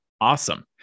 Awesome